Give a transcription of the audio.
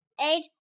Eight